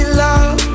love